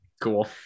Cool